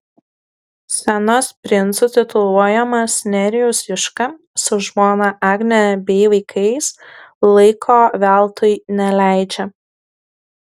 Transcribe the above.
scenos princu tituluojamas nerijus juška su žmona agne bei vaikais laiko veltui neleidžia